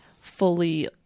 fully